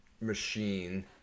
machine